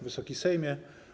Wysoki Sejmie!